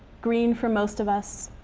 green for most of us,